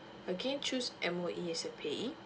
again choose M_O_E as your payee